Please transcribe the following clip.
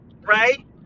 right